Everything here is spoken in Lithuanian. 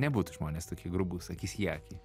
nebūtų žmonės tokie grubūs akis į akį